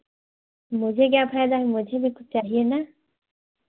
मुझे क्या फ़ायदा मुझे भी तो चाहिए ना